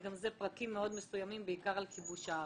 וגם זה פרקים מאוד מסוימים, בעיקר על כיבוש הארץ.